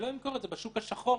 שלא למכור ב"שוק השחור"